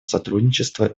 сотрудничества